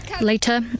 Later